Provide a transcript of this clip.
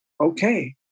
okay